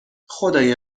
خدای